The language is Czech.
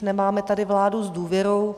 Nemáme tady vládu s důvěrou.